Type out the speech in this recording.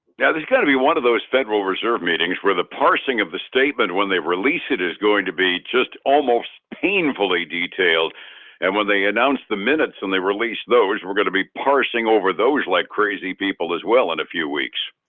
yeah there's gotta kind of be one of those federal reserve meetings where the parsing of the statement when they release it is going to be just almost painfully detailed and when they announced the minutes and they released those we're going to be parsing over those like crazy people as well in a few weeks.